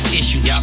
issues